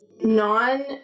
non